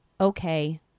Okay